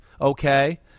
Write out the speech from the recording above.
okay